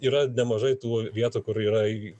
yra nemažai tų vietų kur yra